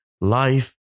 life